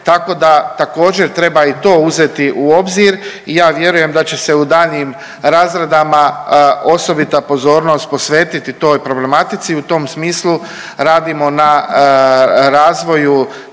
tako da također treba i to uzeti u obzir i ja vjerujem da će se u daljnjim razradama osobita pozornost posvetiti toj problematici. I u tom smislu radimo na razvoju